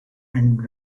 and